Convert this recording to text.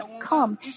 come